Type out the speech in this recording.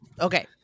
Okay